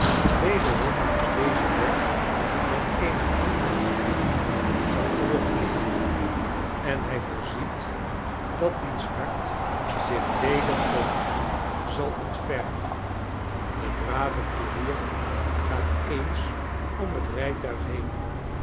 wederom langs dezen weg met eene andere familie zal terugkeeren en hij voorziet dat diens hart zich weder over hem zal ontfermen de brave koerier gaat eens om het rijtuig heen